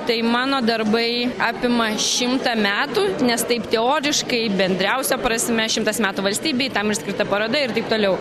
tai mano darbai apima šimtą metų nes taip teoriškai bendriausia prasme šimtas metų valstybei tam ir skirta paroda ir taip toliau